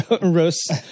roast